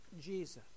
Jesus